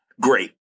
Great